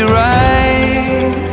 right